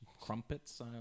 Crumpets